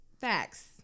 facts